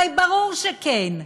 הרי ברור שכן.